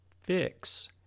fix